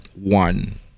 one